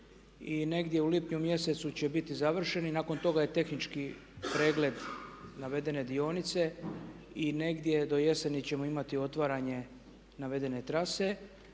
negdje u lipnju mjesecu će biti završeni. Nakon toga je tehnički pregled navedene dionice i negdje do jeseni ćemo imati otvaranje navedene trase.